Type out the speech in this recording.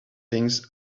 things